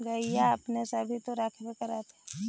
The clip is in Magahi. गईया अपने सब भी तो रखबा कर होत्थिन?